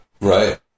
Right